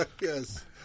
Yes